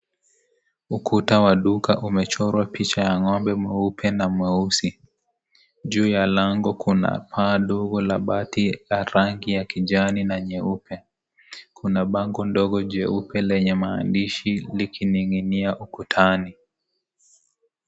Ukuta wa duka umechorwa picha ya ng'ombe mweupe na mweusi . Juu ya lango kuna paa ndogo la bati ya kijani na nyeupe . Kuna bango ndogo jeupe lenye maandishi likining'inia ukutani .